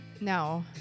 No